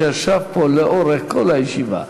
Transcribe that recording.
שישב פה לאורך כל הישיבה,